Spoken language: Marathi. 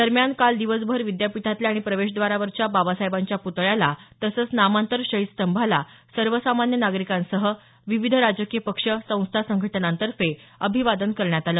दरम्यान काल दिवसभर विद्यापीठातल्या आणि प्रवेशद्वारावरच्या बाबासाहेबांच्या प्तळ्याला तसंच नामांतर शहीद स्तंभाला सर्वसामान्य नागरिकांसह विविध राजकीय पक्ष संस्था संघटनांतर्फे अभिवादन करण्यात आलं